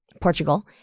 Portugal